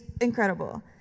incredible